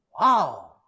Wow